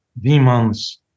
demons